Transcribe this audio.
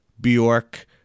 Bjork